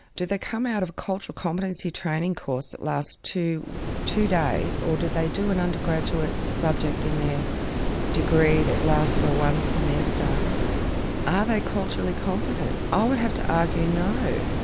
do they come out of a cultural competency training course that lasts two two days, or do they do an undergraduate subject in their degree that lasts for one semester are they culturally competent? i would have to argue no,